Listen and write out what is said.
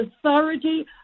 authority